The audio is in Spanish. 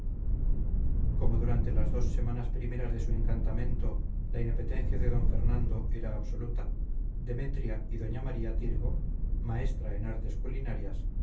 como durante las dos semanas primeras de su encantamento la inapetencia de fernando era absoluta demetria y doña maría tirgo maestra en artes culinarias